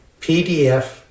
PDF